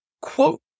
quote